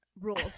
rules